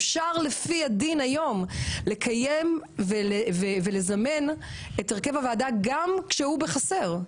ואפשר לפי הדין היום לזמן את הרכב הוועדה גם כשהוא בחסר,